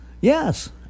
Yes